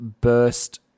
burst